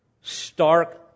Stark